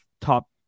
top